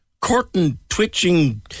curtain-twitching